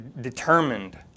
Determined